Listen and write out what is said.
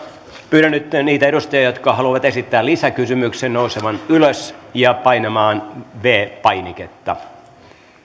pyydän nyt niitä edustajia jotka haluavat esittää lisäkysymyksen nousemaan ylös ja painamaan viides painiketta